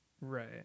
Right